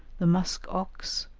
the musk-ox,